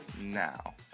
now